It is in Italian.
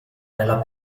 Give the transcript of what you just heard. nella